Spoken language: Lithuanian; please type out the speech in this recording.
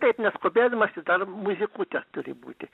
taip neskubėdamas ir dar muzikutės turi būti